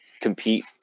compete